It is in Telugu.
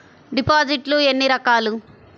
డిపాజిట్లు ఎన్ని రకాలు?